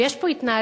ויש פה התנהלות,